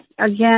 again